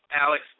Alex